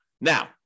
Now